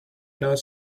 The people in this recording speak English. not